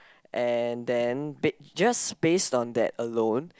and then they just based on that alone